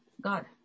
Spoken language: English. God